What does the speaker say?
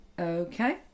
Okay